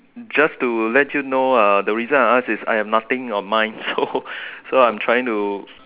just to let you know uh the reason I ask is I have nothing of mine so so I'm trying to